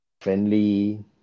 friendly